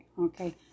okay